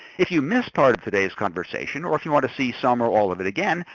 if you miss part of today's conversation, or if you want to see some or all of it again,